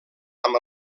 amb